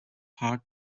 heart